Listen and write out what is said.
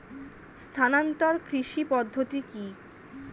স্থানান্তর কৃষি পদ্ধতি কি?